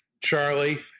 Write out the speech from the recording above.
Charlie